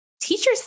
teachers